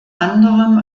anderem